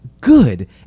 good